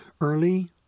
Early